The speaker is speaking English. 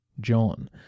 John